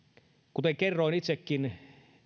kuten kerroin itsekin